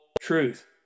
truth